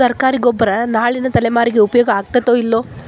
ಸರ್ಕಾರಿ ಗೊಬ್ಬರ ನಾಳಿನ ತಲೆಮಾರಿಗೆ ಉಪಯೋಗ ಆಗತೈತೋ, ಇಲ್ಲೋ?